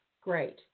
great